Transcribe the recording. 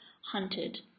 hunted